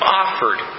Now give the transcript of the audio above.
offered